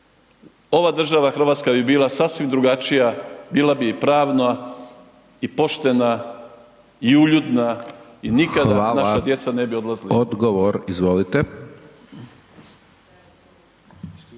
ova država Hrvatska bi bila sasvim drugačija. Bila bi i pravna, i poštena, i uljudna i nikada naša djeca ne bi odlazila van. **Hajdaš Dončić,